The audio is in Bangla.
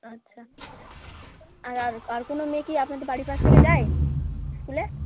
আচ্ছা আর আর কোনো মেয়ে কি আপনাদের বাড়ির পাশ থেকে যায় স্কুলে